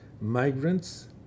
migrants